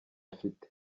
afite